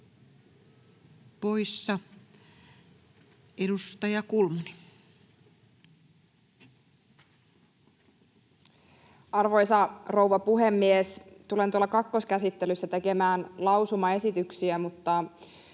Time: 21:37 Content: Arvoisa rouva puhemies! Tulen kakkoskäsittelyssä tekemään lausumaesityksiä, mutta